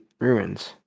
ruins